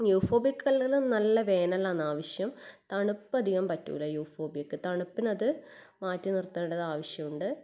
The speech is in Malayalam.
ന്യൂഫോബിയയ്ക്ക് അല്ലെങ്കിലും നല്ല വേനലാണാവശ്യം തണുപ്പ് അധികം പറ്റില്ല യൂഫോബിയയ്ക്ക് തണുപ്പിനത് മാറ്റി നിർത്തേണ്ട ആവശ്യം ഉണ്ട്